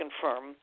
confirm